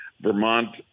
Vermont